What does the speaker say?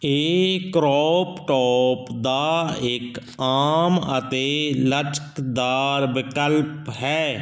ਇਹ crop top ਦਾ ਇੱਕ ਆਮ ਅਤੇ ਲਚਕਦਾਰ ਵਿਕਲਪ ਹੈ